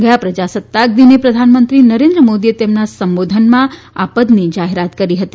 ગયા પ્રજાસત્તાક દિને પ્રધાનમંત્રી નરેન્દ્ર મોદીએ તેમના સંબોધનમાં આ પદની જાહેરાત કરી હતી